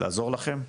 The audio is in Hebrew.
לעזור לכם?